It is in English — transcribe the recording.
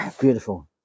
Beautiful